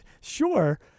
Sure